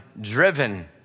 driven